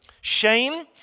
Shame